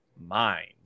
mind